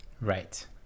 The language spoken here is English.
Right